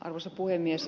arvoisa puhemies